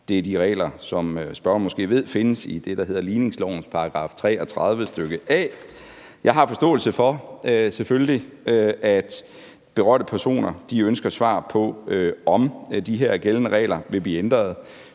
Det er de regler, som spørgeren måske ved findes i det, der hedder ligningslovens § 33 A. Jeg har selvfølgelig forståelse for, at berørte personer ønsker svar på, om de her gældende regler vil blive ændret,